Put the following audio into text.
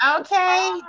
okay